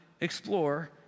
explore